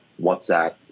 WhatsApp